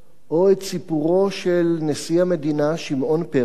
או את סיפורו של נשיא המדינה שמעון פרס